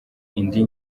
indi